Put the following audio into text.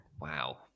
Wow